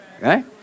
right